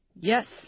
Yes